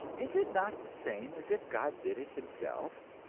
is it not the same as if god did it himself?